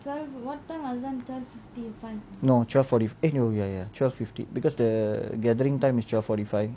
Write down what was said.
no twelve forty ya ya twelve fifty because the gathering time is twelve forty five